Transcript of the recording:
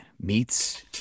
meets